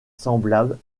semblable